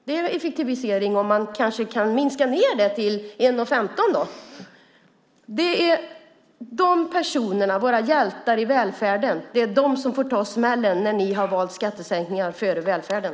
Det är väl effektivisering om man kanske kan minska ned det till en minut och femton sekunder då. Det är dessa personer, våra hjältar i välfärden, som får ta smällen när ni har valt skattesänkningar före välfärden.